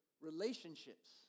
relationships